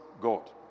God